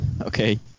Okay